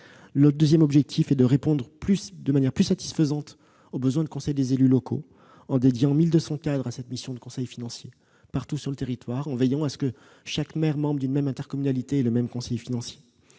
; deuxièmement, répondre de manière plus satisfaisante au besoin de conseil des élus locaux en dédiant 1 200 cadres à cette mission de conseil financier partout sur le territoire, en veillant à ce que chaque maire membre d'une même intercommunalité ait le même conseiller financier